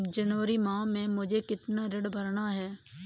जनवरी माह में मुझे कितना ऋण भरना है?